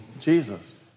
Jesus